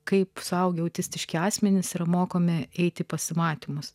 kaip suaugę autistiški asmenys yra mokomi eiti į pasimatymus